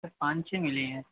sir पान छः मिली है